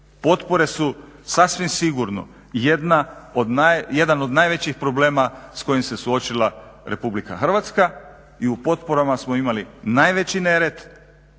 Potpore su sasvim sigurno jedna od najvećih problema s kojim se suočila RH i u potporama smo imali najveći nered,